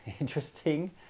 interesting